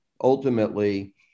ultimately